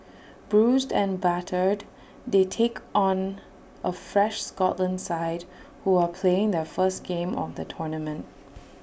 bruised and battered they take on A fresh Scotland side who are playing their first game of the tournament